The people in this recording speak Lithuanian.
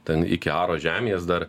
ten iki aro žemės dar